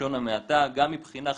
בלשון המעטה גם מבחינה חינוכית,